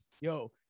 Yo